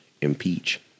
Impeach